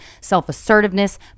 self-assertiveness